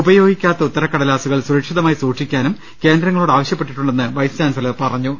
ഉപയോഗിക്കാത്ത ഉത്തര ക്കടലാസുകൾ സുരക്ഷിതമായി സൂക്ഷിക്കാനും കേന്ദ്രങ്ങളോട് ആവശ്യപ്പെട്ടിട്ടു ണ്ടെന്നും വൈസ് ചാൻസലർ പറഞ്ഞു